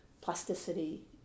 plasticity